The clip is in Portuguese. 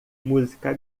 música